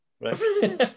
right